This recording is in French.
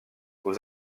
aux